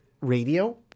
Radio